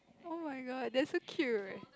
oh-my-god that's so cute